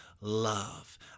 love